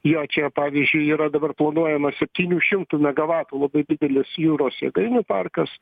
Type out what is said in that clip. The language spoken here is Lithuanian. jo čia pavyzdžiui yra dabar planuojama septynių šimtų megavatų labai didelis jūros jėgainių parkas